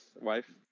wife